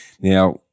Now